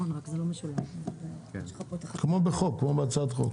כמו בהצעת חוק.